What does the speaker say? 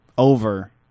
Over